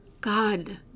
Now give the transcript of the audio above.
God